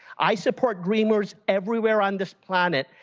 i support streamers everywhere on this planet.